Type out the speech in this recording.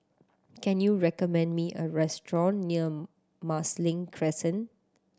can you recommend me a restaurant near Marsiling Crescent